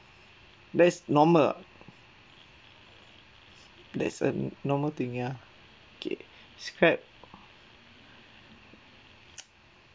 that's normal [what] that's a normal thing ya okay describe